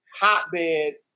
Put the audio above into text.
hotbed